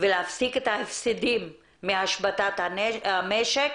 ולהפסיק את ההפסדים מהשבתת המשק,